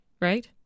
right